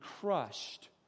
crushed